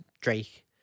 Drake